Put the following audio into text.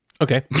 Okay